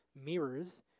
mirrors